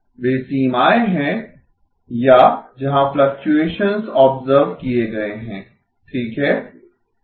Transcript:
वे सीमाएं हैं या जहां फ्लक्चुएसन्स ऑब्सर्व किये गये हैं ठीक है